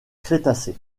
crétacé